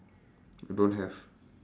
don't have